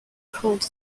pulled